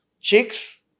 chicks